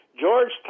George